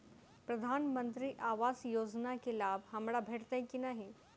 प्रधानमंत्री आवास योजना केँ लाभ हमरा भेटतय की नहि?